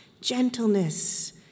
gentleness